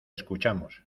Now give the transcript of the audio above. escuchamos